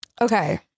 Okay